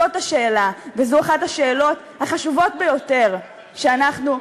זו השאלה, וזו אחת השאלות החשובות ביותר שאנחנו,